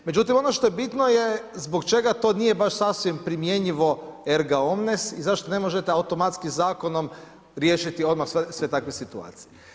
Međutim ono što je bitno je zbog čega to nije baš sasvim primjenjivo erga omnes i zašto ne možete automatski zakonom riješiti odmah sve takve situacije.